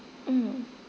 mm